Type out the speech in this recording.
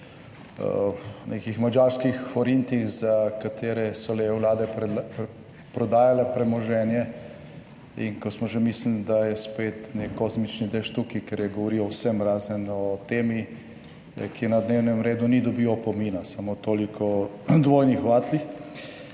nekih madžarskih forintih, za katere so leve vlade prodajale premoženje in ko smo že mislili, da je spet nek kozmični dež tukaj, ker je govoril o vsem, razen o temi, ki je na dnevnem redu, ni dobil opomina. Samo toliko o dvojnih vatlih.